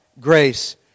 grace